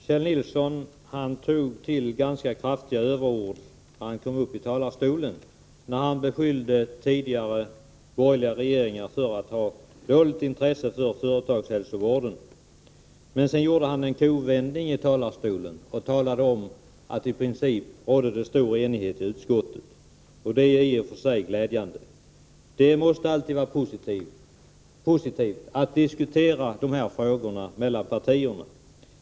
Fru talman! Kjell Nilsson tog till ganska kraftiga överord när han kom uppi talarstolen. Han beskyllde de borgerliga regeringarna för att ha dåligt intresse för företagshälsovården. Sedan gjorde han en kovändning i talarstolen och sade att det i princip rådde stor enighet i utskottet. Det är i och för sig glädjande. Det måste alltid vara positivt att vi diskuterar de här frågorna mellan partierna.